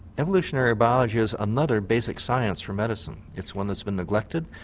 evolutionary biology is another basic science for medicine, it's one that has been neglected,